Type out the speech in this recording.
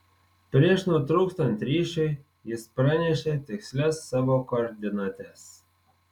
prieš nutrūkstant ryšiui jis pranešė tikslias savo koordinates